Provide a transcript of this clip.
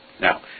Now